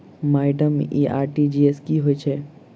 Madam इ RTGS की होइ छैय?